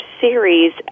series